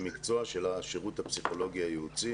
מקצוע של השירות הפסיכולוגי הייעוצי,